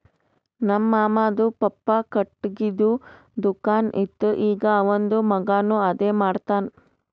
ನಮ್ ಮಾಮಾದು ಪಪ್ಪಾ ಖಟ್ಗಿದು ದುಕಾನ್ ಇತ್ತು ಈಗ್ ಅವಂದ್ ಮಗಾನು ಅದೇ ಮಾಡ್ತಾನ್